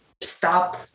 stop